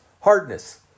Hardness